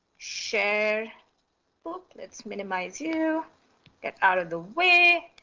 share booklets, minimize you get out of the way.